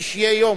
קשי יום.